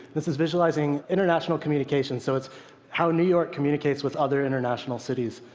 this is visualizing international communications. so it's how new york communicates with other international cities.